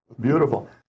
Beautiful